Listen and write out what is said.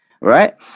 right